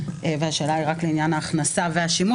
והשאלה היא רק לעניין ההכנסה והשימוש.